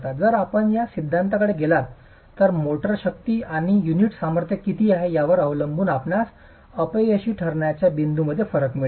जर आपण या सिद्धांताकडे गेलात तर मोर्टार शक्ती आणि युनिट सामर्थ्य किती आहे यावर अवलंबून आपणास अपयशी ठरण्याच्या बिंदूंमध्ये फरक मिळेल